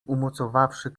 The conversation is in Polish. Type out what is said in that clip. umocowawszy